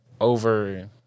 over